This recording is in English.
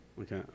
okay